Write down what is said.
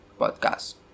Podcast